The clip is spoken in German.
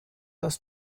das